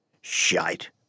Shite